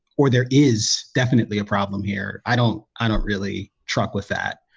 or there is definitely a problem here. i don't i don't really truck with that